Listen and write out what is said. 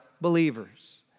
believers